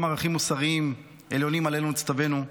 ערכים מוסריים עליונים שעליהם נצטווינו,